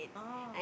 oh